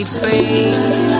free